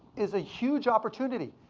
is a huge opportunity.